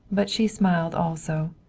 but she smiled also.